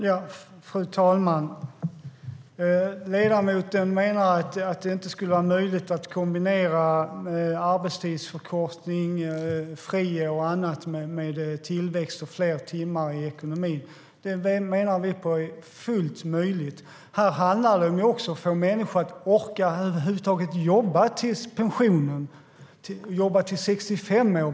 Fru talman! Ledamoten menar att det inte skulle vara möjligt att kombinera arbetstidsförkortning, friår och annat med tillväxt och fler arbetade timmar i ekonomin. Vi menar att det är fullt möjligt. Det handlar om att få människor att orka jobba fram till pensionen över huvud taget, till 65 år.